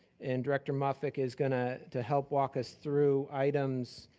and director muffick is gonna, to help walk us through items